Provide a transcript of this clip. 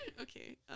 Okay